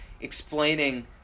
explaining